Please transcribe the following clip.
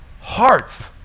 hearts